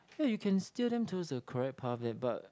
ya you can steer them towards the correct path leh but